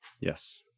yes